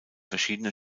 verschiedene